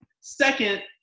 Second